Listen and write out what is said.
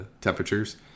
temperatures